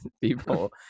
people